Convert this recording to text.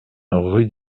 rue